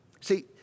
See